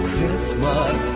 Christmas